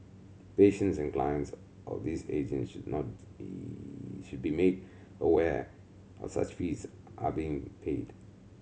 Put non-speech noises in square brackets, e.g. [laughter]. patients and clients of these agents should not be should be made aware [unintelligible] such fees are being paid